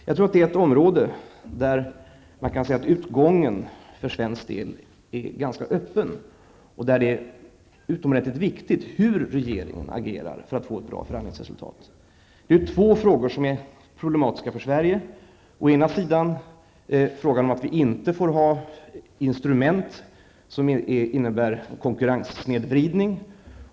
Jag tror att det är ett område där man kan säga att utgången för svensk del är ganska öppen, och där det är utomordentligt viktigt hur regeringen agerar för att få ett bra förhandlingsresultat. Det är två frågor som är problematiska för Sverige. Den ena är att vi inte får ha instrument som innebär konkurrenssnedvridning.